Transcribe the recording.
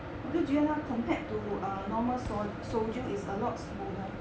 我就觉得它 compared to ah a normal so soju is a lot smoother